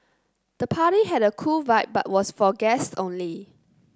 the party had a cool vibe but was for guests only